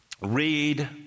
Read